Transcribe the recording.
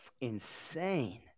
insane